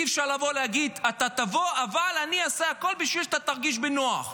אי-אפשר להגיד: אתה תבוא אבל אני אעשה הכול בשביל שאתה תרגיש בנוח.